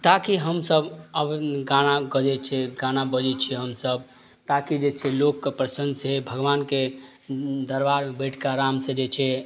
ताकि हमसब अपन गाना गजै छियै गाना बजै छियै हमसब ताकि जे छै लोकके प्रसन्न से भगबानके दरबारमे बैठ कऽ आरामसे जे छै